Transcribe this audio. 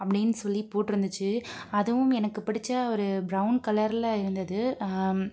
அப்படின்னு சொல்லி போட்டிருந்துச்சி அதுவும் எனக்கு பிடிச்ச ஒரு ப்ரௌன் கலர்ல இருந்தது